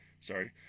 sorry